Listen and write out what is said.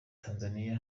tanzaniya